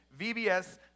VBS